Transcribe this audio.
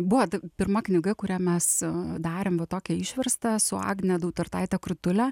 buvo tai pirma knyga kurią mes darėm va tokią išverstą su agne dautartaite krutule